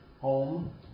home